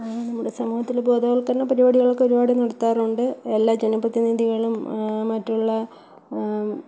നമ്മുടെ സമൂഹത്തിൽ ബോധവൽകരണ പരിപാടികളൊക്കെ ഒരുപാട് നടത്താറുണ്ട് എല്ലാ ജനപ്രതിനിധികളും മറ്റുള്ള